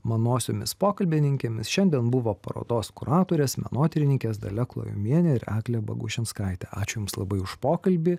manosiomis pokalbininkėmis šiandien buvo parodos kuratorės menotyrininkės dalia klajumienė ir eglė bagušinskaitė ačiū jums labai už pokalbį